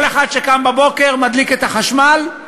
כל אחד שקם בבוקר ומדליק את החשמל,